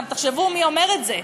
תחשבו מי אומר את זה.